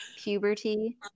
puberty